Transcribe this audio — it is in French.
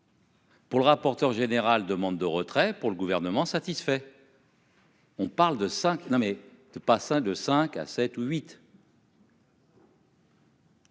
Pour le rapporteur général demande de retrait pour le gouvernement satisfait.-- On parle de 5, nommé